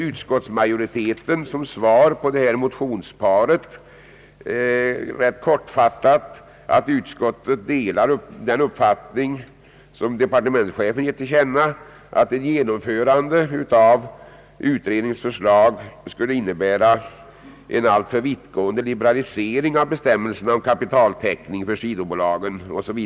Utskottsmajoriteten svarar rätt kortfattat på de nämnda motionerna, att utskottet delar den uppfattning som departementschefen gett till känna, att ett genomförande av utredningens förslag skulle innebära en alltför vittgående liberalisering av bestämmelserna om kapitaltäckning för = sidobolagsengagemang.